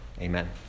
Amen